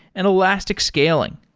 and elastic scaling.